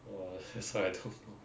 !wah! that's why I don't know